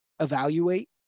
evaluate